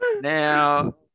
Now